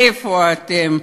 איפה אתם?